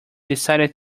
decided